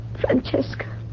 Francesca